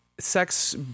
Sex